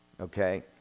Okay